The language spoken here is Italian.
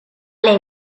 lei